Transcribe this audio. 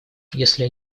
если